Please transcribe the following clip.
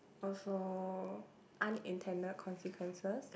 also unintended consequences